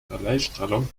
raleighstrahlung